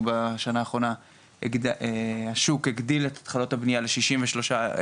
בשנה האחרונה השוק הגדיל את התחלות הבניה ל-63,300,